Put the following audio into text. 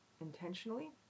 intentionally